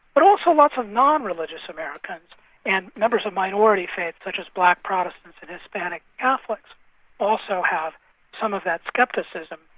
but also lots of non-religious americans and members of minority faiths, such as black protestants and hispanic catholics also have some of that scepticism.